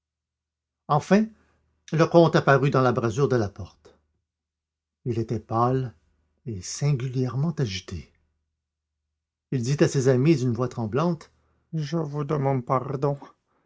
enfin le comte apparut dans l'embrasure de la porte il était pâle et singulièrement agité il dit à ses amis d'une voix tremblante je vous demande pardon